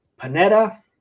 Panetta